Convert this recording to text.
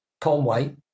Conway